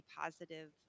positive